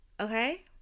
Okay